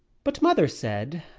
but mother said